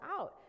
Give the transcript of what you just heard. out